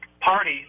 party